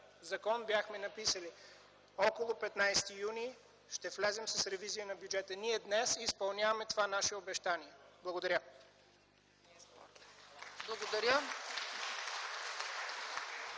закон бяхме написали, че около 15 юни ще влезем с ревизия на бюджета. Ние днес изпълняваме това наше обещание. Благодаря.